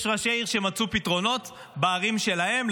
יש ראשי עיר שמצאו פתרונות בערים שלהם.